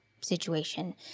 situation